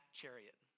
chariot